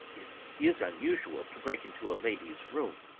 it is unusual to break into a lady's room!